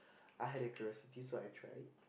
I had a curiosity so I tried